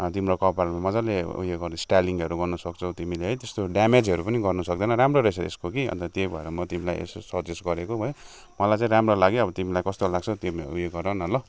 तिम्रो कपाल मजाले उयो स्टाइलिङहरू गर्न सक्छौ तिमीले है त्यस्तो ड्यामेजहरू पनि गर्नु सक्दैन राम्रो रहेछ यसको कि अन्त त्यही भएर म तिमीलाई यसो सजेस्ट गरेको है मलाई चाहिँ राम्रो लाग्यो अब तिमीलाई कस्तो लाग्छ तिमी उयो गरन ल